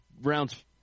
rounds